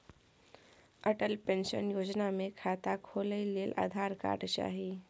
Atal pension Yojana मे खाता खोलय लेल आधार कार्ड चाही